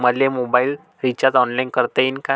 मले mobile recharge online करता येईन का?